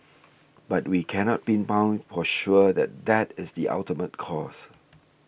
but we cannot pinpoint for sure that that is the ultimate cause